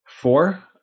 Four